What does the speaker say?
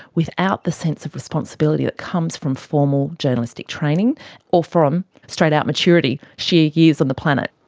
without the sense of responsibility that comes from formal journalistic training or from straight out maturity, sheer years on the planet.